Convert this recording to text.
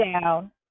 down